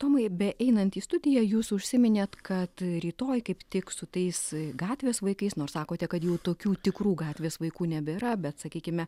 tomai beeinant į studiją jūs užsiminėt kad rytoj kaip tik su tais gatvės vaikais nors sakote kad jau tokių tikrų gatvės vaikų nebėra bet sakykime